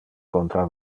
contra